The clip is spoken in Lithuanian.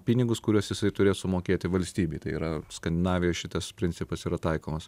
pinigus kuriuos jisai turės sumokėti valstybei tai yra skandinavijoj šitas principas yra taikomas